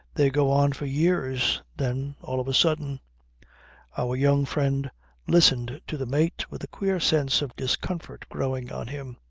they go on for years, then all of a sudden our young friend listened to the mate with a queer sense of discomfort growing on him.